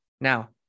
now